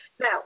Now